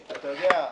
אתה יודע,